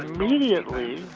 immediately,